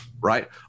right